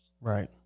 Right